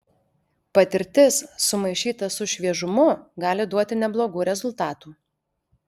patirtis sumaišyta su šviežumu gali duoti neblogų rezultatų